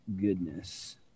goodness